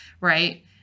right